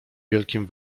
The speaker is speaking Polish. wielkim